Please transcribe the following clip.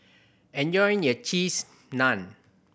enjoy your Cheese Naan